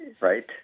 right